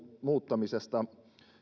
muuttamisesta